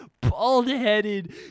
bald-headed